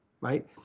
right